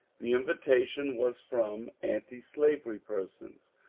the invitation was from antislavery persons,